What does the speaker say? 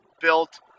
built